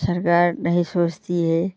सरकार नहीं सोचती है